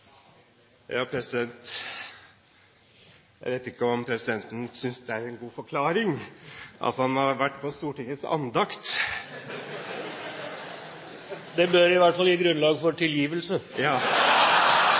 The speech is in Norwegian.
forklaring at man har vært på Stortingets andakt. Det bør i hvert fall gi grunnlag for